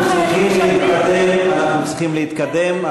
אנחנו צריכים להתקדם.